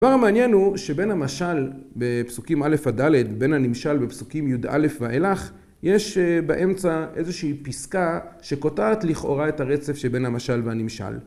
הדבר המעניין הוא, שבין המשל בפסוקים א'-ד', ובין הנמשל בפסוקים יא ואילך, יש באמצע איזושהי פסקה שקוטעת לכאורה את הרצף שבין המשל והנמשל.